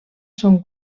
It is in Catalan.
són